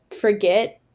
forget